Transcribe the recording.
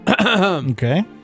Okay